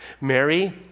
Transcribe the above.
Mary